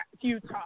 Utah